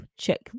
check